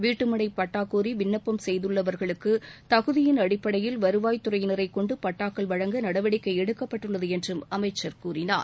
வீட்டுமனை பட்டா கோரி விண்ணப்பம் செய்துள்ளவர்களுக்கு அவர்களின் தகுதியின் அடிப்படையில் வருவாய்த் துறையினரைக் கொண்டு பட்டாக்கள் வழங்க நடவடிக்கை எடுக்கப்பட்டுள்ளது என்றும் அமைச்சர் கூறினார்